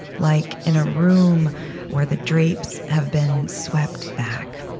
like in a room where the drapes have been swept back.